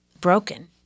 broken